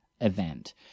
event